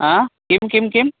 आ किं किं किम्